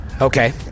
Okay